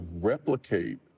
replicate